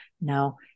now